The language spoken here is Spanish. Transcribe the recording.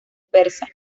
persa